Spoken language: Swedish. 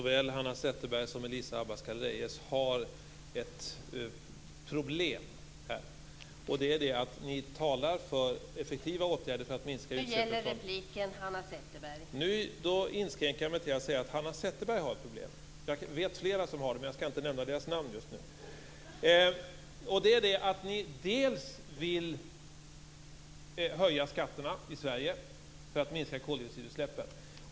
Fru talman! Då inskränker jag mig till att säga att Hanna Zetterberg har ett problem. Jag vet flera som har det, men jag skall inte nämna deras namn just nu. Problemet är att ni vill höja skatterna i Sverige för att minska koldioxidutsläppen.